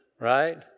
Right